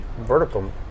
vertical